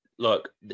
Look